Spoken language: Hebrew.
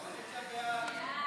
חבר הכנסת חנוך מלביצקי, קריאה ראשונה.